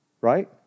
right